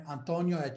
Antonio